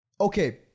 Okay